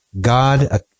god